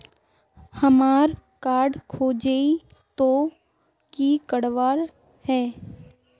हमार कार्ड खोजेई तो की करवार है?